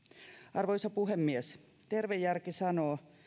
arvoisa puhemies terve järki sanoo